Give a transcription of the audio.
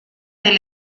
del